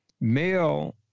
male